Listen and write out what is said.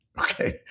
okay